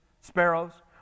sparrows